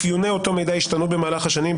אפיוני אותו מידע השתנו במהלך השנים,